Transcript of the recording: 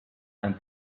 and